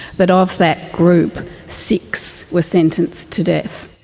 but of that group, six were sentenced to death.